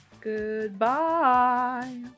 Goodbye